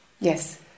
yes